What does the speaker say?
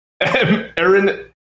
Aaron